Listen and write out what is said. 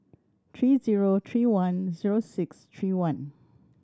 three zero three one zero six three one